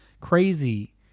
crazy